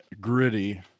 gritty